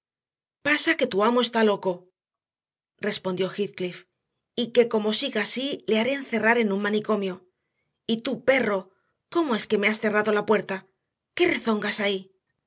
pasa que tu amo está loco respondió heathcliff y que como siga así le haré encerrar en un manicomio y tú perro cómo es que me has cerrado la puerta qué rezongas ahí